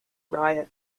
riot